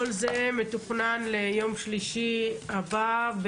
כל זה מתוכנן ליום שלישי הבא,